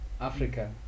Africa